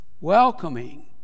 welcoming